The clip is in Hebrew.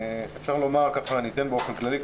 אגיד באופן כללי,